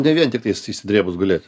ne vien tiktais išsidrėbus gulėt